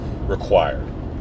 required